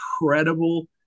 incredible